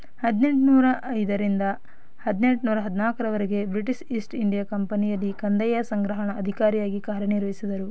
ಹದಿನೆಂಟ್ನೂರ ಐದರಿಂದ ಹದಿನೆಂಟ್ನೂರ ಹದಿನಾಲ್ಕರವರೆಗೆ ಬ್ರಿಟಿಷ್ ಈಸ್ಟ್ ಇಂಡಿಯಾ ಕಂಪನಿಯಲ್ಲಿ ಕಂದಾಯ ಸಂಗ್ರಹಣ ಅಧಿಕಾರಿಯಾಗಿ ಕಾರ್ಯ ನಿರ್ವಹಿಸಿದರು